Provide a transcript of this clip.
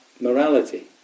morality